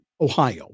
Ohio